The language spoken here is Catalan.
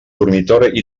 dormitori